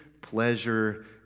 pleasure